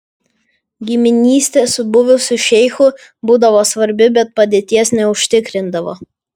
giminystė su buvusiu šeichu būdavo svarbi bet padėties neužtikrindavo